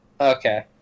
Okay